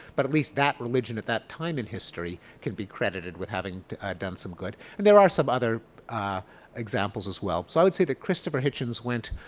but at least that religion at that time in history can be credited with having done some good. and there are some other examples as well. so i would say that christopher hitchens went,